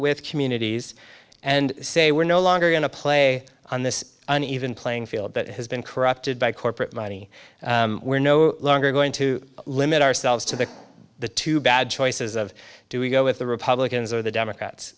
with communities and say we're no longer going to play on this an even playing field that has been corrupted by corporate money we're no longer going to limit ourselves to the too bad choices of do we go with the republicans or the democrats